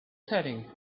setting